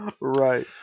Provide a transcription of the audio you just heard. Right